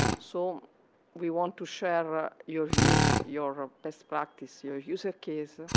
so we want to share ah your views, your best practice, your user keys,